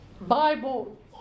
Bible